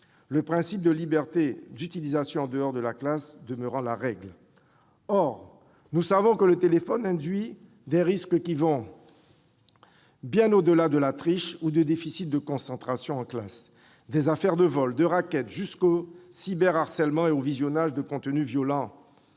le principe de liberté d'utilisation en dehors de la classe demeurant la règle. Or nous savons que le téléphone induit des risques qui vont bien au-delà de la triche ou du déficit de concentration en classe, depuis les vols ou le racket jusqu'au cyberharcèlement et au visionnage de contenus violents